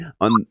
on